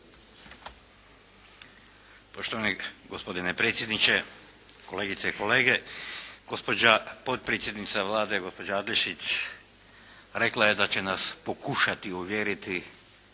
Poštovani gospodine predsjedniče, kolegice i kolege. Gospođa potpredsjednica Vlade, gospođa Adlešič rekla je da će nas pokušati uvjeriti